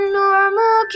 normal